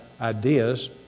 ideas